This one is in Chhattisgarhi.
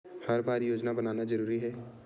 हर बार योजना बनाना जरूरी है?